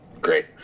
Great